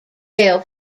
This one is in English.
gale